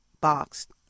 boxed